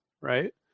right